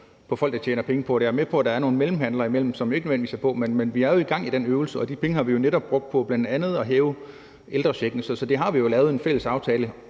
for folk, der tjener penge på det. Jeg er med på, at der er nogle mellemhandlere imellem, som ikke nødvendigvis er med. Men vi er jo i gang med den øvelse, og de penge har vi netop brugt på bl.a. at hæve ældrechecken. Så vi har jo lavet en fælles aftale,